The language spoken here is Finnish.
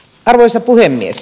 arvoisa puhemies